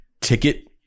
ticket